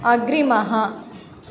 अग्रिमः